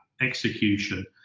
execution